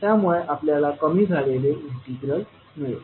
त्यामुळे आपल्याला कमी झालेले इंटिग्रल मिळेल